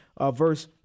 verse